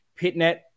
Pitnet